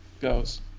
goes